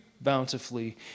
bountifully